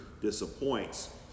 disappoints